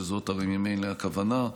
שהרי זאת ממילא הכוונה,